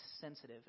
sensitive